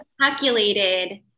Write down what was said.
calculated